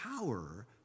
power